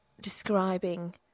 describing